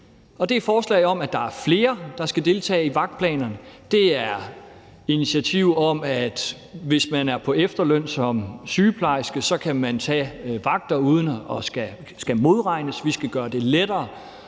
er forslag om, at der er flere, der skal deltage i vagtplanerne; det er initiativer om, at hvis man er på efterløn som sygeplejerske, kan man tage vagter uden at skulle modregnes; vi skal gøre det lettere